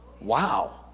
Wow